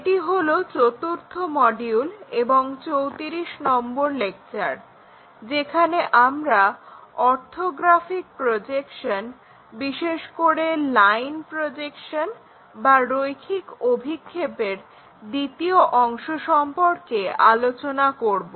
এটি হলো চতুর্থ মডিউল এবং 34 নম্বর লেকচার যেখানে আমরা অর্থোগ্রাফিক প্রজেকশন বিশেষ করে লাইন প্রজেকশন বা রৈখিক অভিক্ষেপের দ্বিতীয় অংশ সম্পর্কে আলোচনা করব